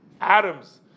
atoms